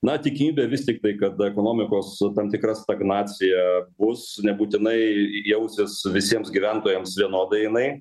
na tikimybė vis tiktai kad ekonomikos tam tikra stagnacija bus nebūtinai jausis visiems gyventojams vienodai jinai